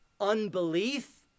unbelief